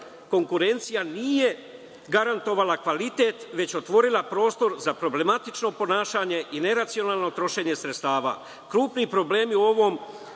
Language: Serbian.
konkurencija nije garantovala kvalitet, već otvorila prostor za problematično ponašanje i neracionalno trošenje sredstava. Krupni problemi u ovom